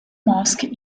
mosque